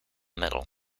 middle